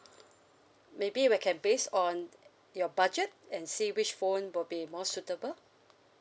maybe we can based on your budget and see which phone will be more suitable